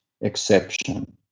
exception